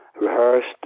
rehearsed